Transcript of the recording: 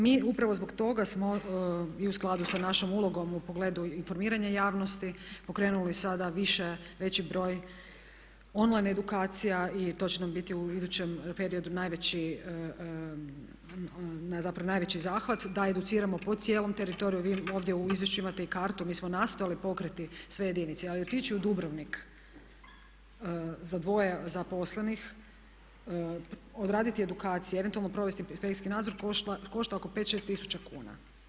Mi upravo zbog toga smo i u skladu sa našom ulogom u pogledu informiranja javnosti pokrenuli sada više, veći broj on line edukacija i to će nam biti u idućem periodu najveći zahvat, da educiramo po cijelom teritoriju, vi ovdje u izvješćima imate i kartu, mi smo nastojali pokriti sve jedinice ali otići u Dubrovnik za dvoje zaposlenih, odraditi edukaciju, eventualno provesti inspekcijski nadzor košta oko 5, 6 tisuća kuna.